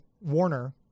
Warner